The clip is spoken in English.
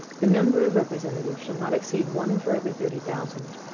the number of representatives shall not exceed one for every thirty thousand,